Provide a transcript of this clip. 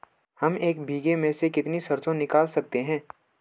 हम एक बीघे में से कितनी सरसों निकाल सकते हैं?